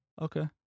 Okay